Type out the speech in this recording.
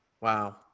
wow